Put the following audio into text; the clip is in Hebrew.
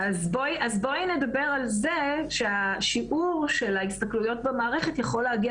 אז בואי נדבר על זה שהשיעור של ההסתכלויות במערכת יכול להגיע